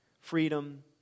freedom